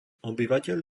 obyvateľ